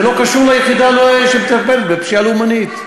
זה לא קשור ליחידה שמטפלת בפשיעה לאומנית.